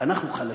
אנחנו חלשים,